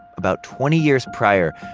about twenty years prior,